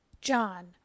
John